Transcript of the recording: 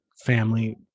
family